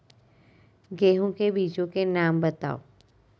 गेहूँ के बीजों के नाम बताओ?